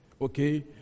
okay